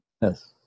Yes